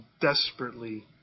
desperately